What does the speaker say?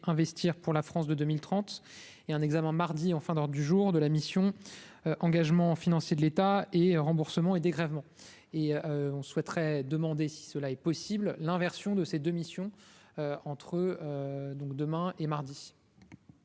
investir pour la France de 2030 et un examen mardi en fin d'du jour de la mission Engagements financiers de l'État et remboursements et dégrèvements et on souhaiterait demander si cela est possible, l'inversion de ces 2 missions entre eux donc demain et mardi.